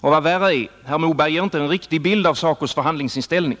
Och vad värre är: herr Moberg ger inte en riktig bild av SACO:s förhandlingsinställning.